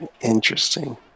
Interesting